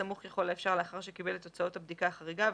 סמוך ככל האפשר לאחר שקיבל את תוצאות הבדיקה החריגה,